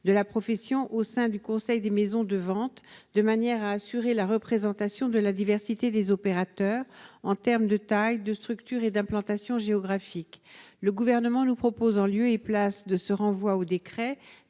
de la profession au sein du Conseil des maisons de ventes de manière à assurer la représentation de la diversité des opérateurs en terme de taille de structures et d'implantation géographique, le gouvernement nous propose en lieu et place de ce renvoi au décret